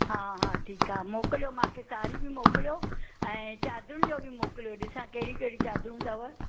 हा हा ठीकु आहे मोकिलियो मूंखे साढ़ी बि मोकिलियो ऐं चादरुनि जो बि मोकिलियो ॾिसां कहिड़ियूं कहिड़ियूं चादरूं तव